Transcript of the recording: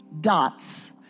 Dots